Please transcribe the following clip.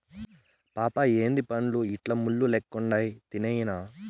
పాపా ఏందీ పండ్లు ఇట్లా ముళ్ళు లెక్కుండాయి తినేయ్యెనా